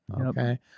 Okay